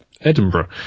Edinburgh